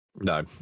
No